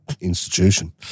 institution